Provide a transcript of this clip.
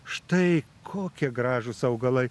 štai kokie gražūs augalai